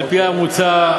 על-פי המוצע,